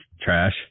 trash